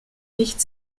nicht